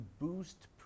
boost